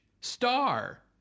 Star